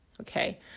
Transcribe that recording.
Okay